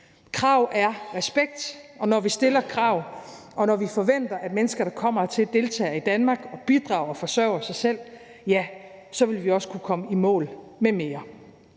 Krav er respekt, og når vi stiller krav, og når vi forventer, at mennesker, der kommer hertil, deltager i Danmark og bidrager og forsørger sig selv, vil vi også kunne komme i mål med mere.